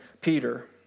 Peter